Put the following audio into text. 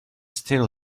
still